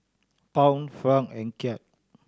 Pound Franc and Kyat